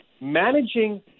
managing